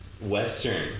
Western